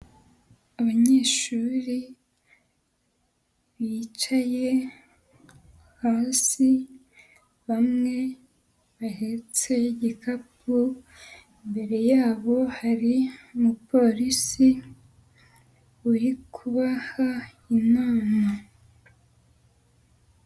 Abanyeshuri bicaye hasi, bamwe bahetse igikapu, imbere yabo hari umuporisi uri kuha inama.